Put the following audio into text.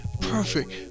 perfect